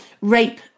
rape